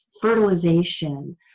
fertilization